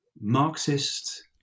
Marxist